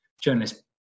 journalist